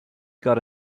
got